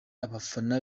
abafana